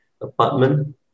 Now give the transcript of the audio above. apartment